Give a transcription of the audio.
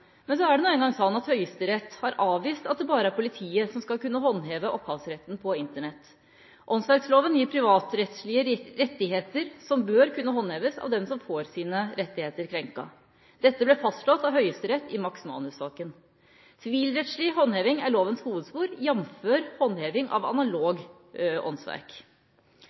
Men så er det nå en gang sånn at Høyesterett har avvist at det bare er politiet som skal kunne håndheve opphavsretten på Internett. Åndsverkloven gir privatrettslige rettigheter som bør kunne håndheves av dem som får sine rettigheter krenket. Dette ble fastslått av Høyesterett i Max Manus-saken. Sivilrettslig håndheving er lovens hovedspor, jf. håndheving av